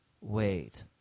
Wait